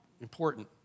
important